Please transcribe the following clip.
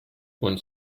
one